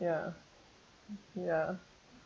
ya ya